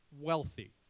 wealthy